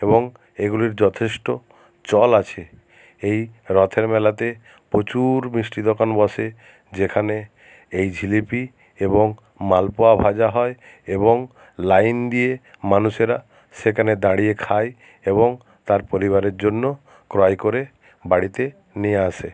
এবং এগুলির যথেষ্ট চল আছে এই রথের মেলাতে প্রচুর মিষ্টি দোকান বসে যেখানে এই জিলিপি এবং মালপোয়া ভাজা হয় এবং লাইন দিয়ে মানুষেরা সেখানে দাঁড়িয়ে খায় এবং তার পরিবারের জন্য ক্রয় করে বাড়িতে নিয়ে আসে